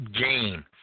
game